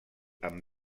amb